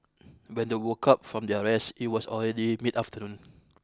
when they woke up from their rest it was already mid afternoon